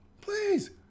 please